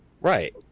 Right